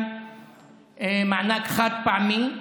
מענק חד-פעמי.